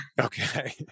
Okay